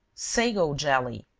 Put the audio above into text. sago jelly.